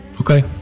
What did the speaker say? Okay